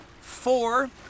four